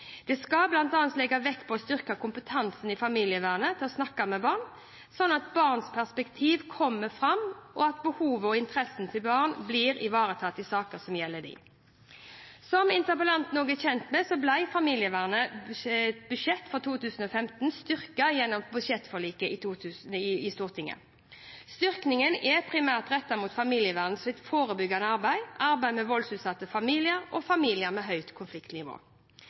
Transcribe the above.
Det skal bl.a. legges vekt på å styrke kompetansen i familievernet i å snakke med barn, slik at barnets perspektiv kommer fram, og slik at behovene og interessene til barn blir ivaretatt i saker som gjelder dem. Som interpellanten også er kjent med, ble familievernets budsjett for 2015 styrket gjennom budsjettforliket i Stortinget. Styrkingen er primært rettet mot familievernets forebyggende arbeid, arbeidet med voldsutsatte familier og familier med høyt konfliktnivå.